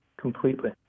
completely